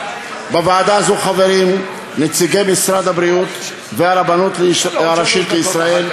בוועדה חברים נציגי משרד הבריאות והרבנות הראשית לישראל.